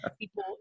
people